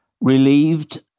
relieved